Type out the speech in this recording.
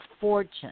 fortune